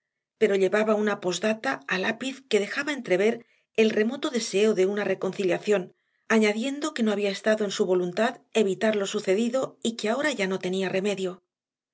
pero llevaba una posdata a lápiz que dejaba entrever el remoto deseo de una reconciliación añadiendo que no había estado en su voluntad evitar lo sucedido y que ahora ya no tenía remedio